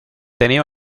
tenía